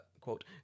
quote